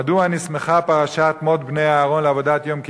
"מדוע נסמכה פרשת מות בני אהרן לעבודת יום הכיפור?